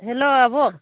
hello आब'